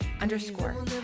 underscore